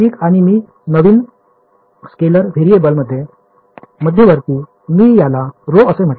ठीक आणि मी नवीन स्केलर व्हेरिएबल मध्ये मध्यवर्ती मी याला ρ असे म्हटले